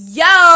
yo